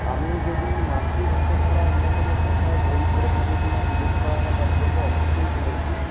আমি যদি মাতৃভাষা ছাড়া অন্য কোন ভাষায় বই পড়ে থাকি কিনা জিজ্ঞেস করা হয় তাহলে বলব অবশ্যই পড়েছি